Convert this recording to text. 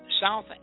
South